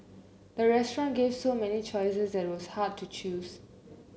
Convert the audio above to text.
the restaurant gave so many choices that was hard to choose